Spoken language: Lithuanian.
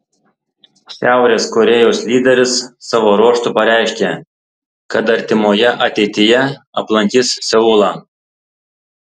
šiaurės korėjos lyderis savo ruožtu pareiškė kad artimoje ateityje aplankys seulą